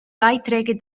beiträge